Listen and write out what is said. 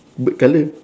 black colour